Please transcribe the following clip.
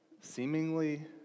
seemingly